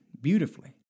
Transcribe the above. beautifully